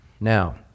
Now